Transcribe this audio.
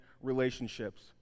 relationships